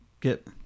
get